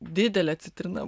didelė citrina